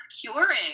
curing